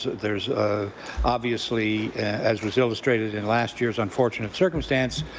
there is obviously as was illustrated in last year's unfortunate circumstance,